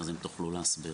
אם תוכלו להסביר.